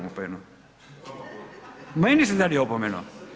Meni ste dali opomenu?